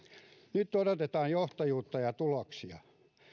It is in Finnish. nyt odotetaan johtajuutta ja tuloksia